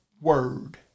word